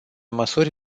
măsuri